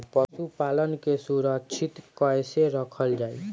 पशुपालन के सुरक्षित कैसे रखल जाई?